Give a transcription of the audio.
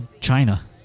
China